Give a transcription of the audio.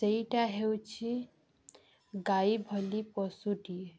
ସେଇଟା ହେଉଛି ଗାଈ ଭଳି ପଶୁଟିଏ